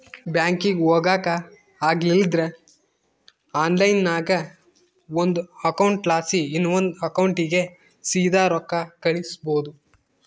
ಬ್ಯಾಂಕಿಗೆ ಹೊಗಾಕ ಆಗಲಿಲ್ದ್ರ ಆನ್ಲೈನ್ನಾಗ ಒಂದು ಅಕೌಂಟ್ಲಾಸಿ ಇನವಂದ್ ಅಕೌಂಟಿಗೆ ಸೀದಾ ರೊಕ್ಕ ಕಳಿಸ್ಬೋದು